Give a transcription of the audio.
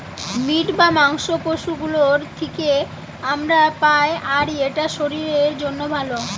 meet বা মাংস পশু গুলোর থিকে আমরা পাই আর এটা শরীরের জন্যে ভালো